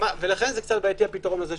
לכן בעייתי הפתרון שהצעת.